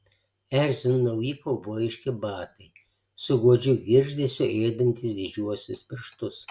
erzino nauji kaubojiški batai su godžiu girgždesiu ėdantys didžiuosius pirštus